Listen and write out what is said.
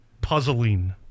puzzling